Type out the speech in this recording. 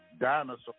Dinosaurs